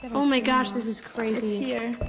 and oh my gosh, this is crazy. it's here.